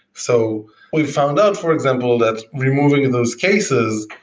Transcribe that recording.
so we found out for example that removing those cases,